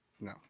No